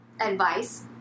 advice